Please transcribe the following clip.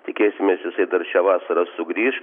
tikėsimės jisai dar šią vasarą sugrįš